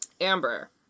Amber